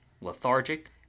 lethargic